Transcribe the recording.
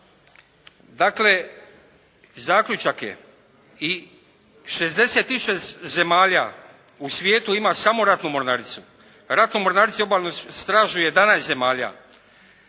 Dakle, zaključak je i 66 zemalja u svijetu ima samo ratnu mornaricu, ratnu mornaricu i obalnu stražu 11 zemalja,